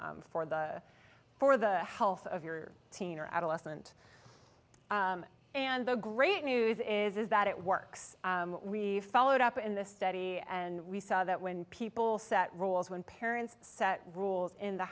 for the for the health of your teen or adolescent and the great news is that it works we followed up in this study and we saw that when people set rules when parents set rules in the